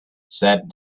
said